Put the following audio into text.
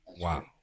Wow